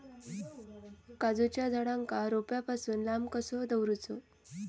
काजूच्या झाडांका रोट्या पासून लांब कसो दवरूचो?